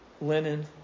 linen